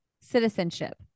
citizenship